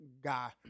guy